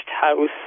house